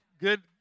Good